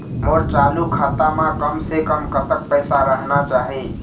मोर चालू खाता म कम से कम कतक पैसा रहना चाही?